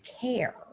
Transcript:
care